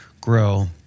grow